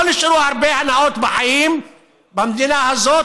לא נשארו הרבה הנאות בחיים במדינה הזאת.